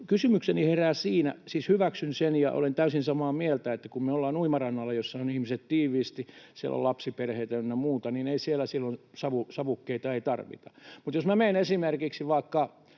kysymyksiä. Siis hyväksyn sen ja olen täysin samaa mieltä siitä, että kun me ollaan uimarannalla, jossa ihmiset ovat tiiviisti, siellä on lapsiperheitä ynnä muuta, niin ei siellä silloin savukkeita tarvita. Mutta jos minä menen esimerkiksi vaikka